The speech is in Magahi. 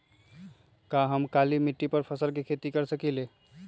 का हम काली मिट्टी पर फल के खेती कर सकिले?